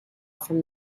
from